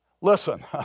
listen